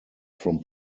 from